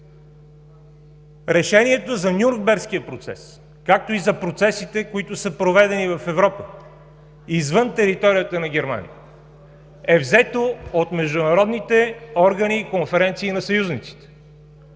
Решението за Нюрнбергския процес, както и за процесите, които са проведени в Европа – извън територията на Германия, е взето от международните органи и конференции на съюзниците.